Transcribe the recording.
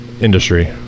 industry